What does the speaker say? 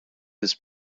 his